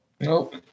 Nope